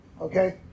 okay